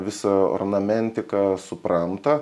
visą ornamentiką supranta